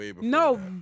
No